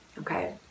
Okay